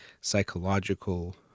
psychological